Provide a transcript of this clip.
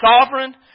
sovereign